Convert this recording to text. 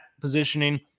positioning